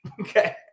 okay